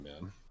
man